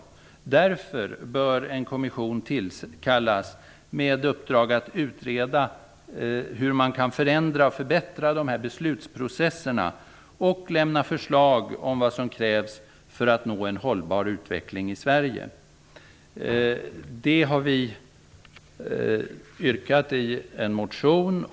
Därför bör en kommission tillsättas med uppdrag att utreda hur man kan förändra och förbättra beslutsprocesserna och lämna förslag om vad som krävs för att nå en hållbar utveckling i Sverige. Om detta har vi yrkat i en motion.